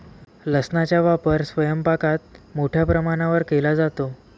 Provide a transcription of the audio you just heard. लसणाचा वापर स्वयंपाकात मोठ्या प्रमाणावर केला जातो